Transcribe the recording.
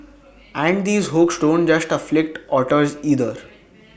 and these hooks don't just afflict otters either